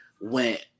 went